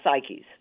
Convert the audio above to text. psyches